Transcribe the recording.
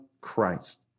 Christ